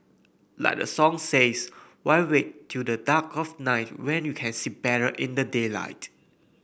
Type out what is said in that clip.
like the song says why wait till the dark of night when you can see better in the daylight